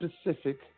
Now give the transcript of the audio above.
specific